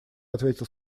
ответил